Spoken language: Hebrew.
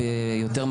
אני לא מתנגד לזה,